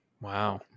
Wow